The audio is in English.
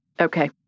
Okay